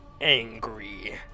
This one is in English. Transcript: angry